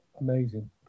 Amazing